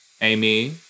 Amy